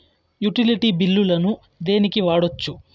Utility బిల్లులను దేనికి వాడొచ్చు?